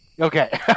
Okay